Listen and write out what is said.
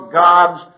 gods